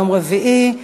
יום רביעי,